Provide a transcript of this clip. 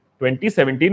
2017